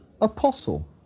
Apostle